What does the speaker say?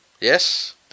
Yes